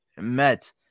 met